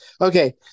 okay